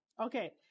okay